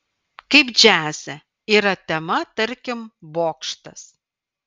kaip džiaze yra tema tarkim bokštas